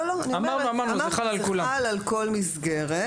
אמרתי, זה חל על כל מסגרת.